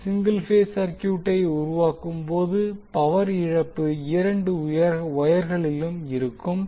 இந்த single phase சர்க்யூட்டை உருவாகும் போது பவர் இழப்பு இரண்டு வொயர்களிலும் இருக்கும்